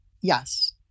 Yes